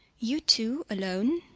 you two alone?